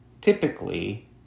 typically